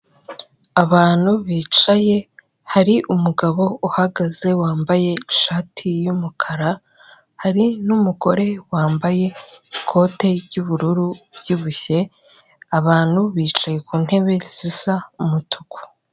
Abantu bicaye hari umugabo uhagaze wambaye ishati y'umukara, hari n'umugore wambaye ikote ry'ubururu ubyibushye, abantu bicaye ku ntebe zisa umutuku.